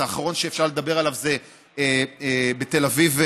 האחרון שאפשר לדבר עליו זה בתל אביב,